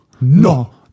No